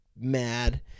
mad